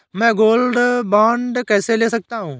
मैं gold bond कैसे ले सकता हूँ?